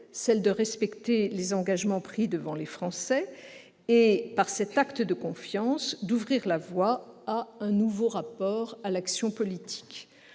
celle de respecter les engagements pris devant les Français et, par cet acte de confiance, d'ouvrir la voie à un nouveau rapport à l'action politique.